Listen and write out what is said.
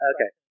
Okay